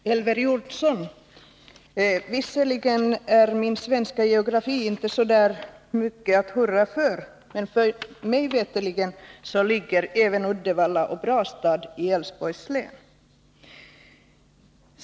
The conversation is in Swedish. Herr talman! Visserligen är mina kunskaper i svensk geografi, Elver Jonsson, inte så där mycket att hurra för, men mig veterligt ligger Uddevalla och Brastad i Älvsborgs län.